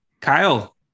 kyle